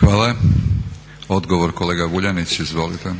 **Vuljanić, Nikola (Nezavisni)**